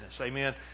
amen